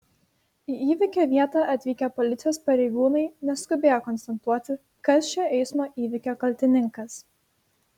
į įvykio vietą atvykę policijos pareigūnai neskubėjo konstatuoti kas šio eismo įvykio kaltininkas